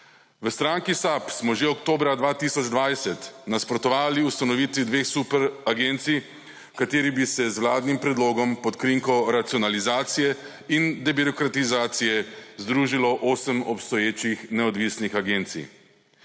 V stranki SAB smo že oktobra 2020 nasprotovali ustanovitvi dveh superagencij, v katerih bi se z vladnim predlogom pod krinko racionalizacije in debirokratizacije združilo 8 obstoječih neodvisnih agencij.